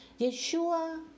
Yeshua